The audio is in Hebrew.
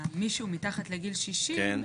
מי שהוא מתחת לגיל 60,